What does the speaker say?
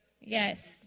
Yes